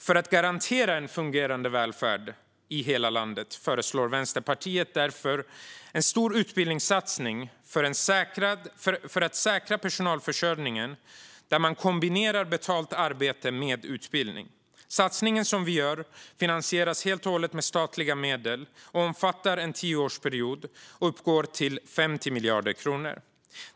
För att garantera fungerande välfärd i hela landet föreslår Vänsterpartiet därför en stor utbildningssatsning för att säkra personalförsörjningen, där man kombinerar betalt arbete med utbildning. Satsningen som vi gör finansieras helt och hållet med statliga medel, omfattar en tioårsperiod och uppgår till 50 miljarder kronor.